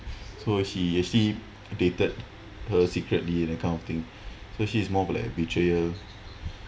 so he actually dated her secretly that kind of thing so she is more of like betrayal